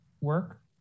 work